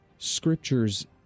scriptures